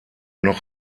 noch